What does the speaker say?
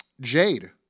Jade